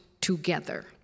together